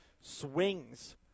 swings